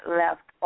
left